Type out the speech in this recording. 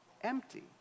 empty